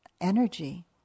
energy